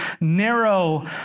narrow